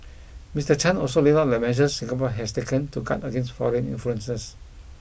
Mister Chan also laid out the measures Singapore has taken to guard against foreign influences